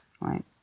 right